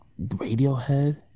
Radiohead